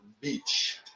Beach